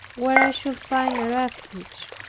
where i should find a refuge.